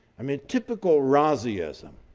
i mean, typical raziism.